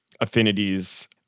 affinities